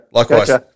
Likewise